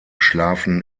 schlafen